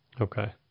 Okay